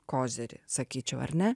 kozirį sakyčiau ar ne